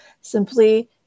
simply